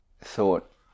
thought